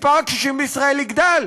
מספר הקשישים בישראל יגדל.